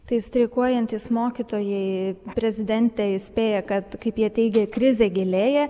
tai streikuojantys mokytojai prezidentę įspėja kad kaip jie teigė krizė gilėja